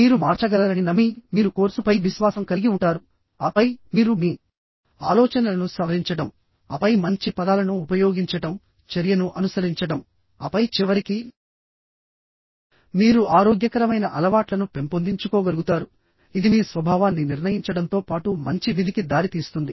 మీరు మార్చగలరని నమ్మి మీరు కోర్సుపై విశ్వాసం కలిగి ఉంటారు ఆపై మీరు మీ ఆలోచనలను సవరించడం ఆపై మంచి పదాలను ఉపయోగించడం చర్యను అనుసరించడం ఆపై చివరికి మీరు ఆరోగ్యకరమైన అలవాట్లను పెంపొందించుకోగలుగుతారు ఇది మీ స్వభావాన్ని నిర్ణయించడంతో పాటు మంచి విధికి దారితీస్తుంది